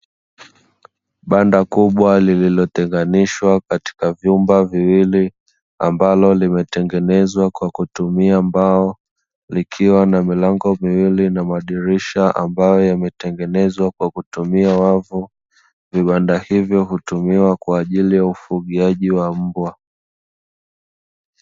Banda kubwa lililotenganishwa katika vyumba viwili, ambalo limetengenezwa kwa kutumia mbao. Likiwa na milango miwili na madirisha ambayo yemetengenezwa, kwa kutumia wavu. Vibanda hivyo hutumiwa kwa ajili ya ufugiaji wa mbwa.